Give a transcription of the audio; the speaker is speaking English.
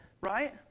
right